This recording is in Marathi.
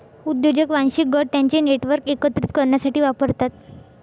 उद्योजक वांशिक गट त्यांचे नेटवर्क एकत्रित करण्यासाठी वापरतात